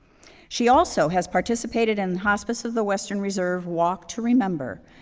she also has participated in the hospice of the western reserve walk to remember,